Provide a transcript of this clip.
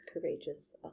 courageous